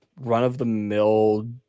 run-of-the-mill